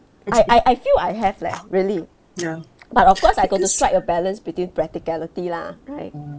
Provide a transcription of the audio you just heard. I I I feel I have leh really but of course I got to strike a balance between practicality lah right